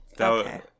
Okay